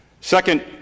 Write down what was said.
Second